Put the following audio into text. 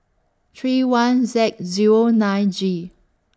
three one Z Zero nine G